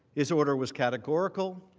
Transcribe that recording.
his order was categorical,